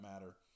matter